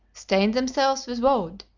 stain themselves with woad,